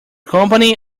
company